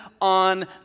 on